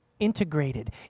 integrated